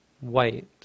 white